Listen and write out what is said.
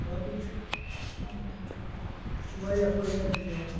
باقٕے چھُنہٕ واریاہ فٲیدٕ اَمہِ سۭتۍ یِوان